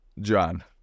John